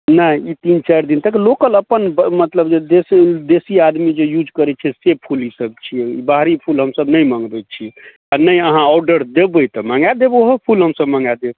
नहि ई तीन चारि दिन तक लोकल अपन मतलब जे देसी बेसी आदमी जे यूज करै छै से फूल छिए बाहरी फूल हमसब नहि मँगबै छी नहि अहाँ ऑडर देबै तऽ मँगा देब ओहो फूल हमसब मँगा देब